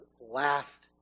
last